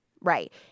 Right